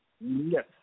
Yes